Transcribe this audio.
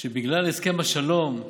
שבגלל הסכם השלום,